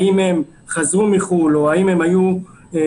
האם הם חזרו מחו"ל או האם הם היו במגע